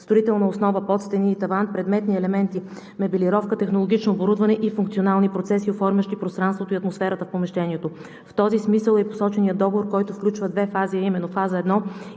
строителна основа без стени и таван, предметни елементи, мебелировка, технологично оборудване и функционални процеси, оформящи пространството и атмосферата в помещението. В този смисъл е и посоченият договор, който включва две фази, а именно: фаза 1 –